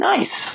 Nice